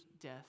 death